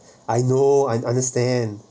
I know I understand